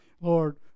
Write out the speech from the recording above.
Lord